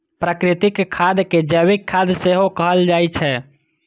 प्राकृतिक खाद कें जैविक खाद सेहो कहल जाइ छै